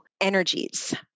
energies